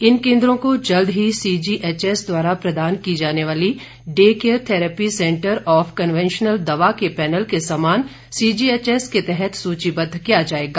इन केंद्रों को जल्द ही सीजीएचएस द्वारा प्रदान की जाने वाली day care therapy centre of conventional दवा के पैनल के समान सीजीएचएस के तहत सूचीबद्ध किया जाएगा